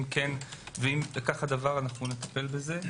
נבדוק ונטפל בזה.